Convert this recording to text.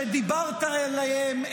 שדיברת עליהם,